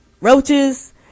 roaches